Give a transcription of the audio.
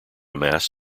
mass